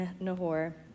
Nahor